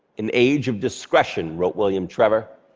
an age of discretion, wrote william trevor.